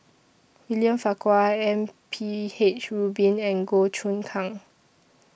William Farquhar M P H Rubin and Goh Choon Kang